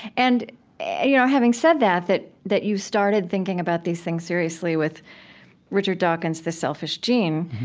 and you know having said that, that that you started thinking about these things seriously with richard dawkins's the selfish gene,